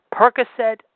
Percocet